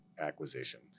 acquisition